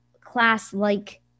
class-like